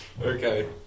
Okay